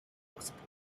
auspuff